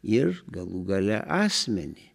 ir galų gale asmenį